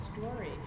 story